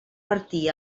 martí